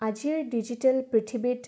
আজিৰ ডিজিটেল পৃথিৱীত